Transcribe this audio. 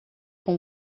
com